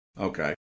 Okay